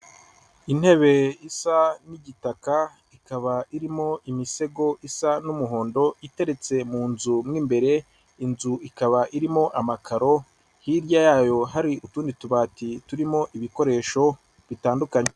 Intebe isa n'igitaka ikaba irimo imisego isa n'umuhondo, iteretse mu nzu mo imbere. Inzu ikaba irimo amakaro, hirya yayo hari utundi tubati turimo ibikoresho bitandukanye.